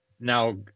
Now